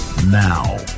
Now